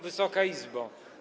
Wysoka Izbo!